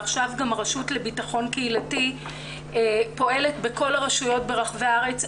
עכשיו גם הרשות לביטחון קהילתי פועלת בכל הרשויות ברחבי הארץ.